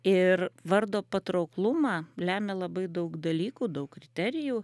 ir vardo patrauklumą lemia labai daug dalykų daug kriterijų